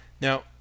Now